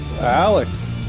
Alex